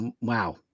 wow